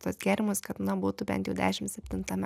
tuos gėrimus kad na būtų bent jau dešim septintame